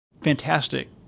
Fantastic